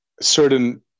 certain